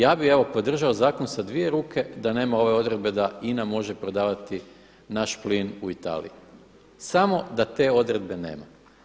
Ja bih evo podržao zakon sa dvije ruke da nema ove odredbe da INA može prodavati naš plin u Italiji, samo da te odredbe nema.